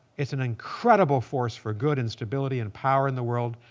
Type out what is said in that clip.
it's an incredible force for good and stability and power in the world,